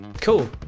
Cool